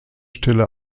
stelle